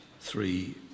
three